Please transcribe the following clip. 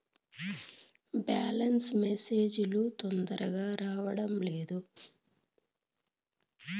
Balance message లు తొందరగా రావడం లేదు?